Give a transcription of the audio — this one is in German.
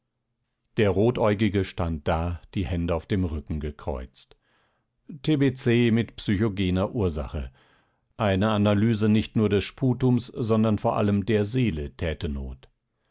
der rotäugige stand da die hände auf dem rücken gekreuzt t b c mit psychogener ursache eine analyse nicht nur des sputums sondern vor allem der seele täte not